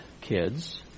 kids